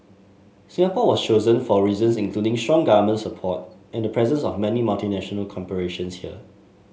Singapore was chosen for reasons including strong government support and the presence of many multinational corporations here